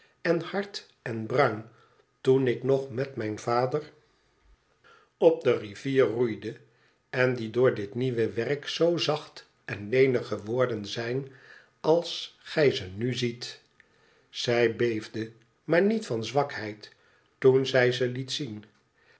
en hard en bruin toen ik nog met mijn vader op de rivier roeide en die door dit nieuwe werk zoo zacht en lenig geworden zijn als gij ze nu ziet zij beefde maiar niet van zwakheid toen zij ze liet zien